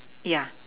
yeah